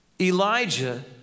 Elijah